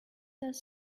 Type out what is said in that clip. does